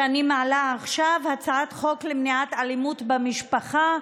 שאני מעלה עכשיו, הצעת חוק למניעת אלימות במשפחה,